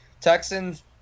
Texans